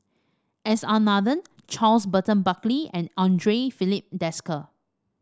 S R Nathan Charles Burton Buckley and Andre Filipe Desker